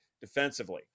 defensively